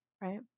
right